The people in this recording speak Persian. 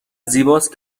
زیباست